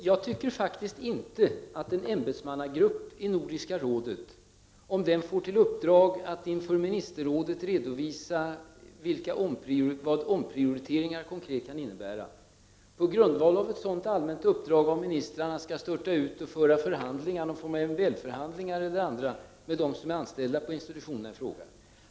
Jag tycker faktiskt inte att en ämbetsmannagrupp i Nordiska rådet, om den får i uppdrag att inför ministerrådet redovisa vad en omprioritering konkret kan innebära, på grundval av ett sådant allmänt uppdrag av ministrarna skall störta ut och föra någon form av MBL-förhandlingar eller andra förhandlingar med dem som är anställda på institutionerna i fråga.